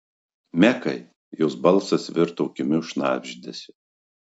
mekai jos balsas virto kimiu šnabždesiu